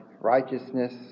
righteousness